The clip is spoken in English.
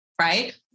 Right